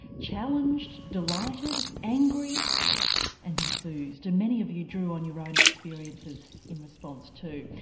challenged, delighted, angry and enthused and many of you drew on your own experiences in response, too.